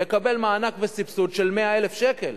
הוא יקבל מענק וסבסוד של 100,000 שקלים.